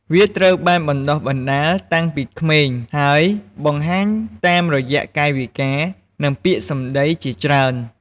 វាត្រូវបានបណ្ដុះបណ្ដាលតាំងពីក្មេង ហើយបង្ហាញតាមរយៈកាយវិការ និងពាក្យសម្ដីជាច្រើន។